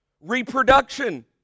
reproduction